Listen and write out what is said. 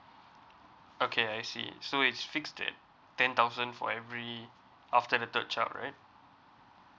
okay I see so it's fix that ten thousand for every after the third child right